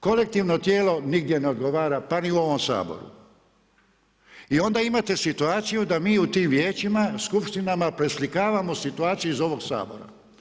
Kolektivno tijelo nigdje ne odgovara, pa ni u ovom Saboru. i onda imate situaciju da mi u tim vijećima, skupštinama preslikavamo situaciju iz ovog Sabora.